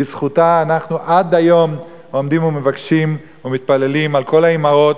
בזכותה אנחנו עד היום עומדים ומבקשים ומתפללים על כל האמהות,